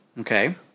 Okay